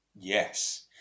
Yes